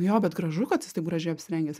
jo bet gražu kad jis taip gražiai apsirengęs